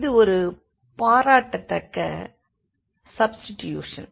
இது ஒரு பாராட்டத்தக்க சப்ஸ்டிடியூஷன்